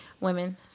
Women